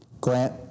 Grant